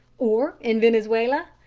or in venezuela?